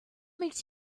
makes